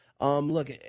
Look